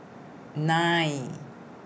nine